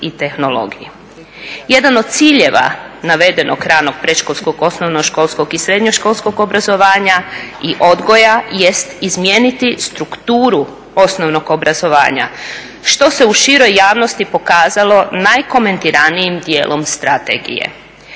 Jedan od ciljeva navedenog ranog predškolskog, osnovnoškolskog i srednjoškolskog obrazovanja i odgoja jest izmijeniti strukturu osnovnog obrazovanja što se u široj javnosti pokazalo najkomentiranijim dijelom Strategije.